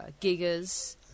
giggers